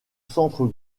centre